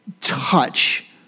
touch